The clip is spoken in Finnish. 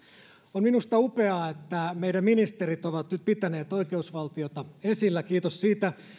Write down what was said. on minusta upeaa että meidän ministerimme ovat nyt pitäneet oikeusvaltiota esillä kiitos siitä